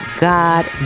god